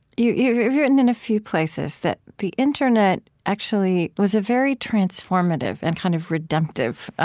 you've written in a few places that the internet actually was a very transformative and kind of redemptive